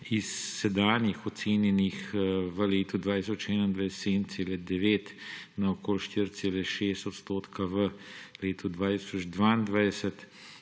s sedanjih ocenjenih v letu 2021 7,9 na okoli 4,6 odstotka v letu 2022